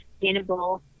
sustainable